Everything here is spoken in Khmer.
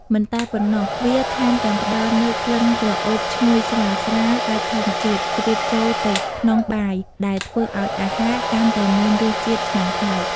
មិនតែប៉ុណ្ណោះ វាថែមទាំងផ្តល់នូវ ក្លិនក្រអូបឈ្ងុយស្រាលៗបែបធម្មជាតិ ជ្រាបចូលទៅក្នុងបាយ ដែលធ្វើឱ្យអាហារកាន់តែមានរសជាតិឆ្ងាញ់ប្លែក។